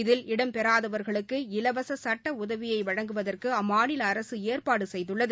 இதில் இடம்பெறாதவர்களுக்கு இலவச சட்ட உதவினய வழங்குவதற்கு அம்மாநில அரசு ஏற்பாடு செய்துள்ளது